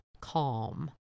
calm